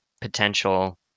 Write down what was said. potential